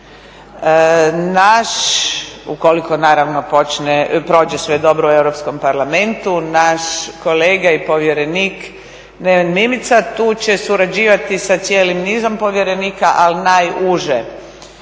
Naš, ukoliko naravno prođe sve dobro u Europskom parlamentu, naš kolega i povjerenik Neven Mimica tu će surađivati sa cijelim nizom povjerenika, ali najuže